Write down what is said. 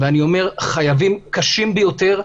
ואני אומר "חייבים קשים ביותר",